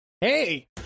hey